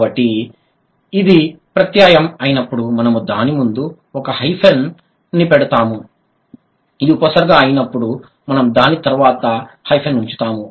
కాబట్టి ఇది ప్రత్యయం అయినప్పుడు మనము దాని ముందు ఒక హైఫన్ ని పెడుతాము ఇది ఉపసర్గ అయినప్పుడు మనము దాని తర్వాత హైఫన్ ఉంచాము